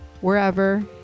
wherever